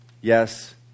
Yes